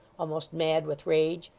almost mad with rage.